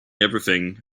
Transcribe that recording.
everything